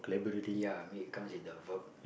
ya mean it comes with the verb